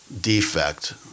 defect